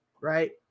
right